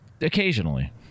Occasionally